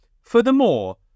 Furthermore